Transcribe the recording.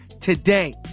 today